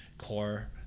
Core